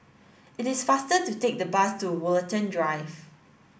it is faster to take the bus to Woollerton Drive